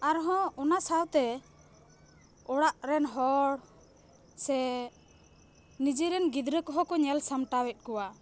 ᱟᱨᱦᱚᱸ ᱚᱱᱟ ᱥᱟᱶᱛᱮ ᱚᱲᱟᱜ ᱨᱮᱱ ᱦᱚᱲ ᱥᱮ ᱱᱤᱡᱮᱨ ᱨᱮᱱ ᱜᱤᱫᱽᱨᱟᱹ ᱠᱚᱦᱚᱸ ᱠᱚ ᱧᱮᱞ ᱥᱟᱢᱴᱟᱣᱮᱫᱟ ᱠᱚᱣᱟ